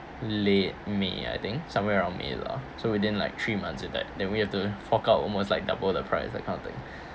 late may I think somewhere around may lah so within like three months with that then we have to fork out almost like double the price that kind of thing